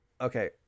okay